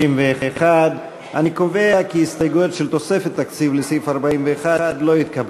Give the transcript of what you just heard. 61. אני קובע כי ההסתייגויות של תוספת תקציב לסעיף 41 לא התקבלו.